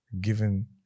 given